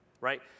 right